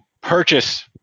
purchase